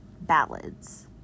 ballads